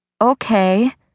Okay